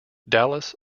dallas